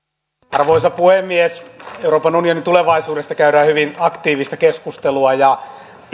arvoisa puhemies euroopan unionin tulevaisuudesta käydään hyvin aktiivista keskustelua ja